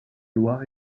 loir